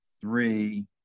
three